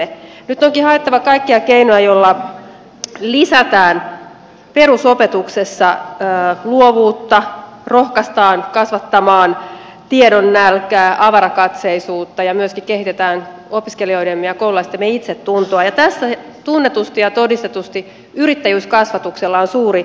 nyt onkin haettava kaikkia keinoja joilla lisätään luovuutta perusopetuksessa rohkaistaan kasvattamaan tiedonnälkää ja avarakatseisuutta ja myöskin kehitetään opiskelijoidemme ja koululaistemme itsetuntoa ja tässä tunnetusti ja todistetusti yrittäjyyskasvatuksella on suuri merkitys